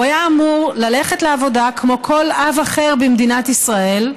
הוא היה אמור ללכת לעבודה כמו כל אב אחר במדינת ישראל,